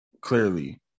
clearly